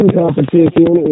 competition